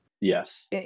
Yes